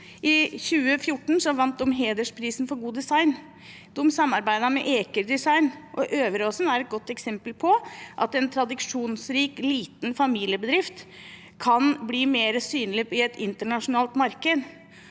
I 2014 vant de Hedersprisen for god design. De samarbeidet med Eker Design. Øveraasen er et godt eksempel på at en tradisjonsrik, liten familiebedrift kan bli mer synlig i et internasjonalt marked.